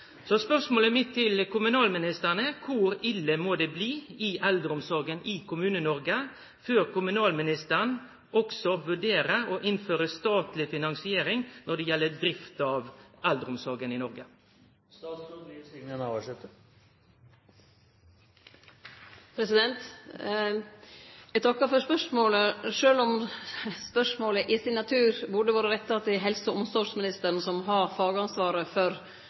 Spørsmålet mitt til kommunalministeren er: Kor ille må det bli i eldreomsorga i Kommune-Noreg før kommunalministeren også vurderer å innføre statleg finansiering når det gjeld drifta av eldreomsorga i Noreg? Eg takkar for spørsmålet, sjølv om spørsmålet i sin natur burde ha vore retta til helse- og omsorgsministeren, som har fagansvaret for